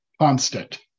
constant